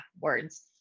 words